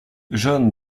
jon